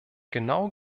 genau